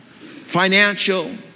Financial